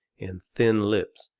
and thin lips,